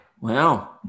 Wow